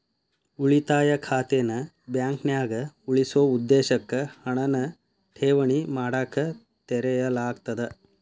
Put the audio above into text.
ಉಳಿತಾಯ ಖಾತೆನ ಬಾಂಕ್ನ್ಯಾಗ ಉಳಿಸೊ ಉದ್ದೇಶಕ್ಕ ಹಣನ ಠೇವಣಿ ಮಾಡಕ ತೆರೆಯಲಾಗ್ತದ